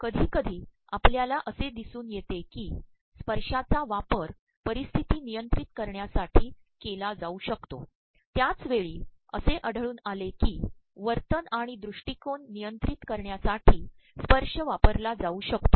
कधीकधी आपल्याला असेद्रदसून येतेकी स्त्पशाांचा वापर पररप्स्त्र्ती तनयंत्ररत करण्यासाठी के ला जाऊ शकतो त्याच वेळी असे आढळून आले की वतयन आणण दृष्िीकोन तनयंत्ररत करण्यासाठी स्त्पशय वापरला जाऊ शकतो